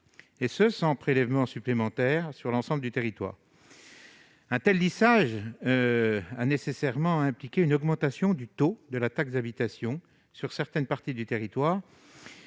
et ce sans prélèvement supplémentaire sur l'ensemble du territoire. Un tel lissage a nécessairement impliqué une augmentation du taux de la taxe d'habitation sur certaines parties du territoire,